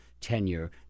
tenure